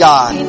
God